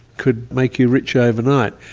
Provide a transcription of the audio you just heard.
could make you rich overnight.